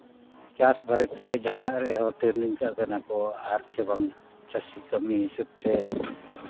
ᱪᱟᱥ ᱵᱟᱨᱮᱛᱮ ᱡᱟᱦᱟᱱᱟᱜ ᱨᱮᱭᱟᱜ ᱦᱚᱸ ᱴᱨᱮᱱᱤᱝ ᱠᱟᱜ ᱠᱟᱱᱟ ᱠᱚ ᱟᱨ ᱪᱮ ᱵᱟᱝ ᱪᱟᱹᱥᱤ ᱠᱟᱹᱢᱤ ᱦᱤᱥᱟᱹᱵᱽ ᱛᱮ